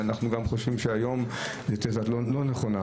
אנחנו גם חושבים שהיום זו תזה לא נכונה,